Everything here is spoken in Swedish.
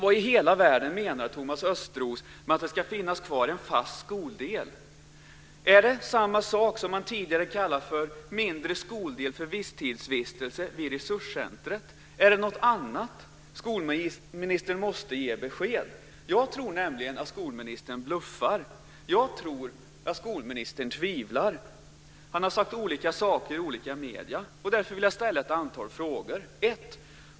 Vad i hela världen menar Thomas Östros med att det ska finnas kvar en fast skoldel? Är det samma sak som han tidigare kallade för mindre skoldel för visstidsvistelse vid resurscentret? Är det något annat? Skolministern måste ge besked. Jag tror nämligen att skolministern bluffar. Jag tror att skolministern tvivlar. Han har sagt olika saker i olika medier. Därför vill jag ställa ett antal frågor. 2.